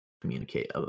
communicate